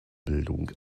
bildung